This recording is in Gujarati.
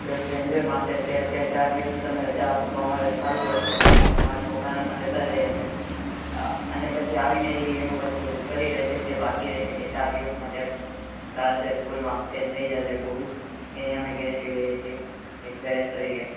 બસ એન્જોય માટે તે અત્યાર ચાર દિવસની તમે રજા આપો તો અમારે સારું પડશે તો અમે અમાર છોકરાને પણ લેતા જઈએ અને પછી આવી ને ઇ એનું પાછું કરી લેશે બાકી રેહશે કે ચાર દિવસમાં ચાલશે સ્કૂલમાં એ થઈ જાશે પૂરું એની અમે ગેરંટી લઈએ છે એક પેરેન્ટ્સ તરીકે